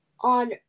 on